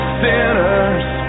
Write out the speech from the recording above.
sinners